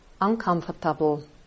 uncomfortable